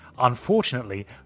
Unfortunately